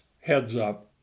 heads-up